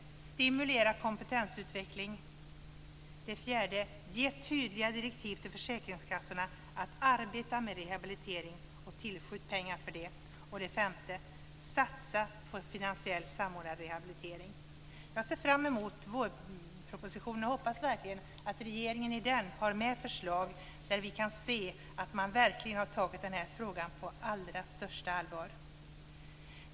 Stimulera kompetensutveckling. 4. Ge tydliga direktiv till försäkringskassorna att arbeta med rehabilitering och tillskjut pengar för det. 5. Satsa på finansiellt samordnad rehabilitering. Jag ser fram emot vårpropositionen och hoppas att regeringen i den har med förslag där vi kan se att man verkligen har tagit den här frågan på allra största allvar.